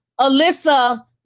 Alyssa